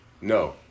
No